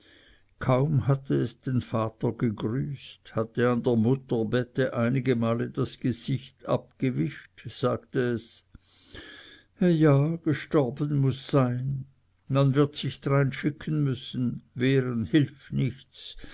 kaum hatte es den vater gegrüßt hatte an der mutter bette einige male das gesicht abgewischt sagte es he ja gestorben muß sein man wird sich drein schicken müssen wehren hilft nichts